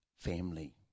family